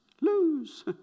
Lose